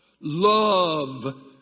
love